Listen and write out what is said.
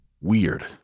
weird